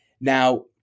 Now